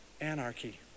anarchy